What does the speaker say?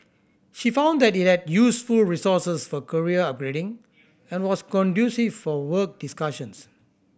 she found that it had useful resources for career upgrading and was conducive for work discussions